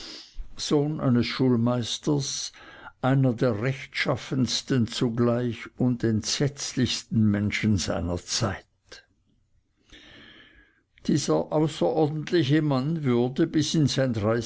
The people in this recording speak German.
sohn eines schulmeisters einer der rechtschaffensten zugleich und entsetzlichsten menschen seiner zeit dieser außerordentliche mann würde bis in sein